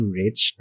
rich